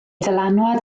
dylanwad